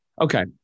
Okay